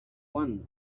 one